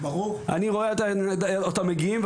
אני רואה אותם מגיעים,